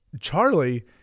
Charlie